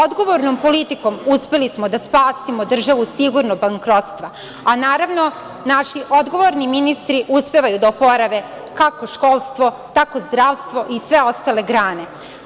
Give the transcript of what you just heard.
Odgovornom politikom uspeli smo da spasimo državu sigurnog bankrotstva, a naravno naši odgovorni ministri uspevaju da oporave kako školstvo, tako zdravstvo i sve ostale grane.